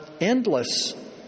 endless